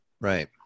Right